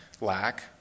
lack